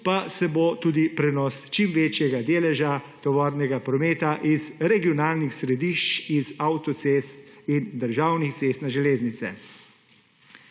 pa se bo tudi prenos čim večjega deleža tovornega prometa iz regionalnih središč iz avtocest in državnih cest na železnice.